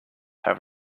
have